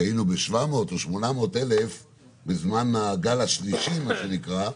שהיינו ב-700,000 או 800,000 בזמן הגל השלישי מה שנקרא,